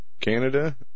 Canada